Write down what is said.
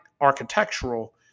architectural